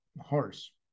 horse